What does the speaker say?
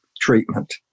treatment